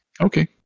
Okay